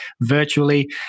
virtually